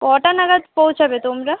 কটা নাগাদ পৌঁছাবে তোমরা